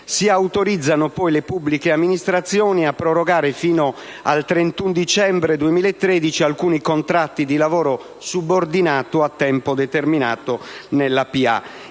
si autorizzano poi le pubbliche amministrazioni a prorogare fino al 31 dicembre 2013 alcuni contratti di lavoro subordinato a tempo determinato nella